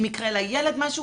אם יקרה לילד משהו,